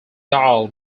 doll